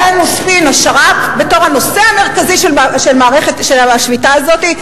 היה לנו ספין השר"פ בתור הנושא המרכזי של השביתה הזאת.